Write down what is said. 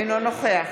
אינו נוכח